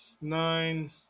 nine